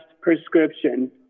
prescription